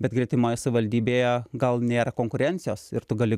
bet gretimoje savivaldybėje gal nėra konkurencijos ir tu gali